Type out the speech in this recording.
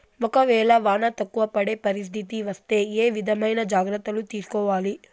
ఒక వేళ వాన తక్కువ పడే పరిస్థితి వస్తే ఏ విధమైన జాగ్రత్తలు తీసుకోవాలి?